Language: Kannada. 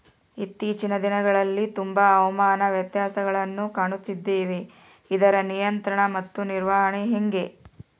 ಇತ್ತೇಚಿನ ದಿನಗಳಲ್ಲಿ ತುಂಬಾ ಹವಾಮಾನ ವ್ಯತ್ಯಾಸಗಳನ್ನು ಕಾಣುತ್ತಿದ್ದೇವೆ ಇದರ ನಿಯಂತ್ರಣ ಮತ್ತು ನಿರ್ವಹಣೆ ಹೆಂಗೆ?